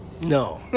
no